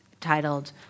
titled